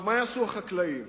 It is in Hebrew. מה יעשו החקלאים